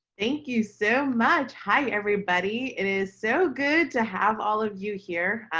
thank you so much. hi, everybody. it is so good to have all of you here.